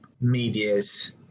medias